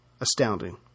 astounding